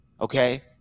Okay